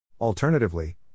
Alternatively